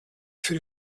für